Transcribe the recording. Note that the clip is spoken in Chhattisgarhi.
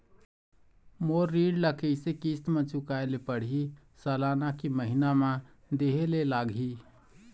मोर ऋण ला कैसे किस्त म चुकाए ले पढ़िही, सालाना की महीना मा देहे ले लागही?